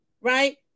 Right